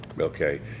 okay